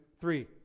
three